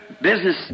business